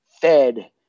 fed